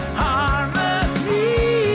harmony